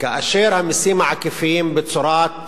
כאשר המסים העקיפים, בצורת